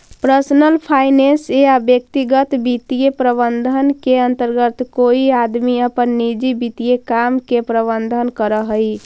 personal finance या व्यक्तिगत वित्तीय प्रबंधन के अंतर्गत कोई आदमी अपन निजी वित्तीय काम के प्रबंधन करऽ हई